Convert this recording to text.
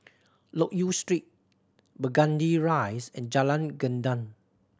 Loke Yew Street Burgundy Rise and Jalan Gendang